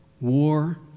war